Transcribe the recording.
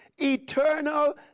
Eternal